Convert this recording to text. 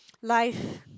life